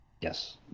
Yes